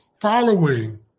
following